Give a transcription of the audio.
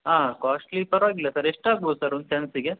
ಹಾಂ ಕಾಸ್ಟ್ಲಿ ಪರವಾಗಿಲ್ಲ ಸರ್ ಎಷ್ಟಾಗ್ಬೋದು ಸರ್ ಒಂದು ಸೆಂಟ್ಸಿಗೆ